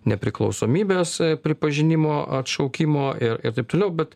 nepriklausomybės pripažinimo atšaukimo ir ir taip toliau bet